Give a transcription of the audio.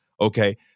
Okay